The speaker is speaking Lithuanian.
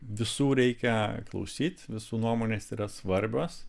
visų reikia klausyt visų nuomonės yra svarbios